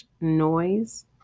noise